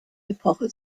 epoche